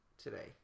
Today